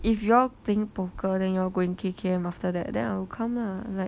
if you all are playing poker then you all going K_K_M after that then I'll come lah like